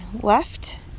left